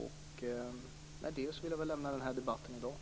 Med detta vill jag avsluta mitt deltagande i den här debatten i dag.